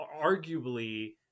arguably